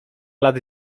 lat